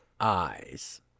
eyes